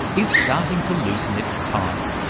is starting to loosen its tie.